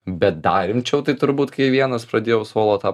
bet dar rimčiau tai turbūt kai vienas pradėjau solo tą